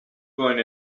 going